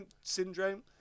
syndrome